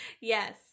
Yes